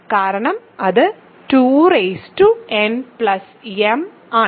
കാരണം അത് 2nm ആണ്